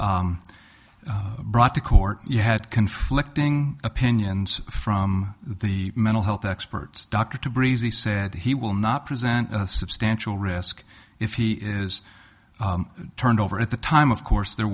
was brought to court you had conflicting opinions from the mental health experts dr to breezy said he will not present a substantial risk if he is turned over at the time of course there